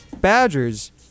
Badgers